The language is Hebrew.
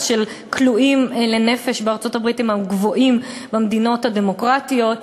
של כלואים לנפש הוא מהגבוהים במדינות הדמוקרטיות,